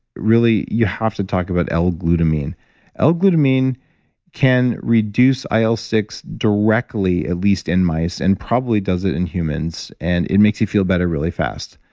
really, you have to talk about l-glutamine. ah l-glutamine can reduce il six directly, at least in mice, and probably does it in humans, and it makes you feel better really fast.